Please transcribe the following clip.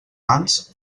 mans